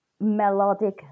melodic